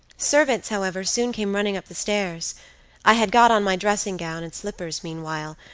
servants, however, soon came running up the stairs i had got on my dressing gown and slippers meanwhile,